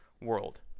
world